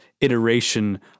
iteration